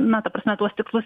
na ta prasme tuos tikslus